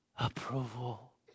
Approval